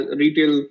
retail